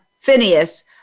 Phineas